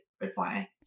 reply